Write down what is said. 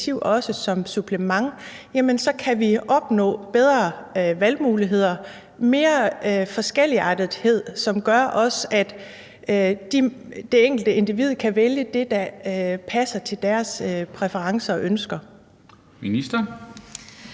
som supplement kan opnå bedre valgmuligheder, en større forskelligartethed, som gør, at det enkelte individ kan vælge det, der passer til vedkommendes præferencer og ønsker. Kl.